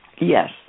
Yes